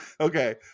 Okay